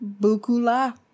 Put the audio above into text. bukula